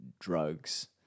drugs